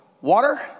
water